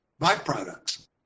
byproducts